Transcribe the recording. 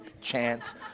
chance